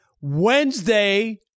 Wednesday